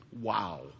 Wow